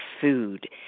food